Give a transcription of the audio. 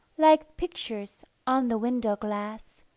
like pictures, on the window glass.